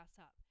up